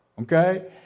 okay